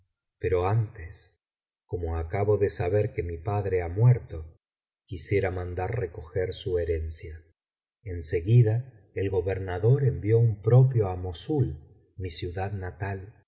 pero antes como acabo de saber que mi padre ha muerto quisiera mandar recoger su herencia en seguida el gobernador envió un propio á mossul mi ciudad natal